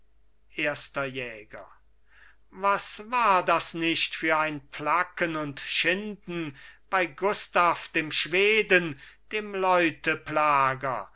erster jäger was war das nicht für ein placken und schinden bei gustav dem schweden dem